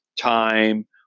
time